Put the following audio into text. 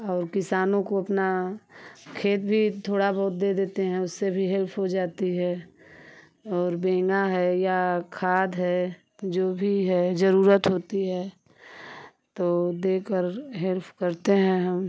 और किसानों को अपना खेत भी थोड़ा बहुत दे देते हैं उससे भी हेल्प हो जाती है और बेंगा है या खाद है जो भी है जरूरत होती है तो देकर हेल्प करते हैं हम